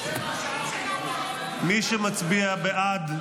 מי שמצביע בעד,